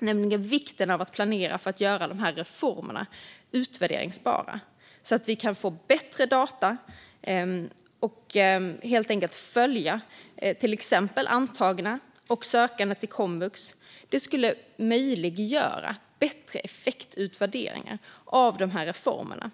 vad gäller vikten av att planera för att göra dessa reformer utvärderingsbara, så att vi kan få bättre data och följa till exempel antagna och sökande till komvux. Det skulle möjliggöra bättre effektutvärderingar av de här reformerna.